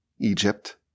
Egypt